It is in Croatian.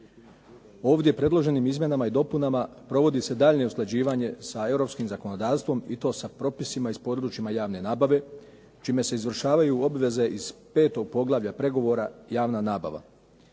Ovdje predloženim izmjenama i dopunama provodi se daljnje usklađivanje sa europskim zakonodavstvom i to sa propisima i s područjima javne nabave čime se izvršavaju obveze iz petog poglavlja pregovora javna nabava.